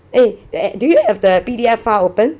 eh eh do you have the P_D_F file open